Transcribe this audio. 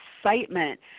excitement